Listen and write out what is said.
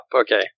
okay